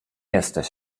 jesteś